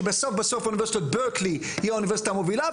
שבסוף בסוף אוניברסיטת ברקלי היא האוניברסיטה המובילה,